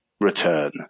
return